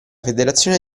federazione